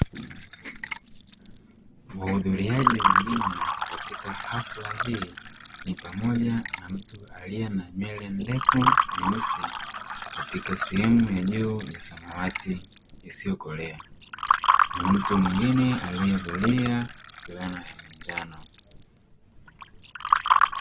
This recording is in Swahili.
Muhudhuriaji mwingine katika hafla hii ni pamoja na mtu aliye na nywele ndefu nyeusi katika sehemu ya juu ya samawati, isiyo kolea na mtu mwingine aliyevalia fulana ya njano.